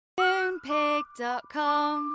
moonpig.com